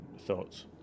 thoughts